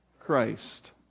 Christ